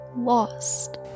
lost